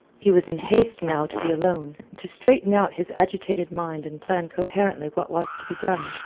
he was in haste now to be alone, to straighten out his agitated mind and plan coherently what was to be done.